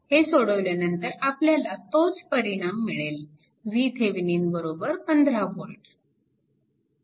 हे सोडवल्यानंतर आपल्याला तोच परिणाम मिळेल VThevenin 15V